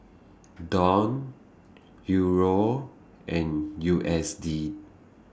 Dong Euro and U S D